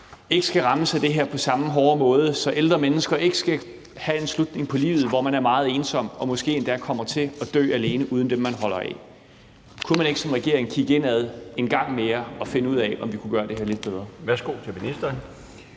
ikke skal rammes af det her på samme hårde måde; så ældre mennesker ikke skal have en afslutning på livet, hvor de er meget ensomme og måske endda kommer til at dø alene uden dem, de holder af? Kunne man ikke som regering kigge indad en gang mere og finde ud af, om vi kunne gøre det her lidt bedre? Kl. 15:07 Den